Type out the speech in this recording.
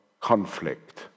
conflict